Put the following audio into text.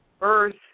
Earth